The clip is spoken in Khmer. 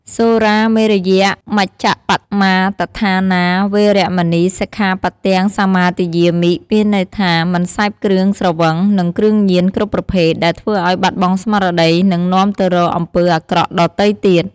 សុរាមេរយមជ្ជប្បមាទដ្ឋានា វេរមណី សិក្ខាបទំ សមាទិយាមិ មានន័យថា មិនសេពគ្រឿងស្រវឹង និងគ្រឿងញៀនគ្រប់ប្រភេទ ដែលធ្វើឲ្យបាត់បង់ស្មារតី និងនាំទៅរកអំពើអាក្រក់ដទៃទៀត។